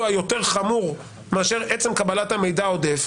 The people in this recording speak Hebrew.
היותר חמור מאשר עצם קבלת המידע העודף,